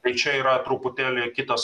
tai čia yra truputėlį kitas